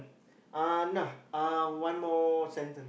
uh nah one more sentence